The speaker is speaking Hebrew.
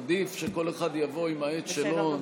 עדיף שכל אחד יבוא עם העט שלו.